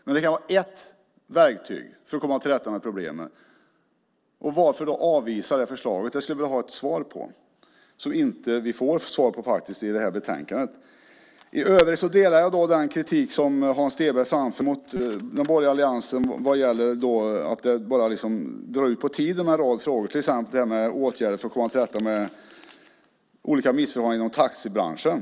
Men detta kan vara ett verktyg för att komma till rätta med problemet. Varför då avvisa det förslaget? Det skulle jag vilja ha ett svar på eftersom vi inte får svar på det i det här betänkandet. I övrigt delar jag den kritik som Hans Stenberg framför mot den borgerliga alliansen vad gäller att det drar ut på tiden i en rad frågor, till exempel detta med åtgärder för att komma till rätta med olika missförhållanden inom taxibranschen.